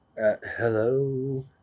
hello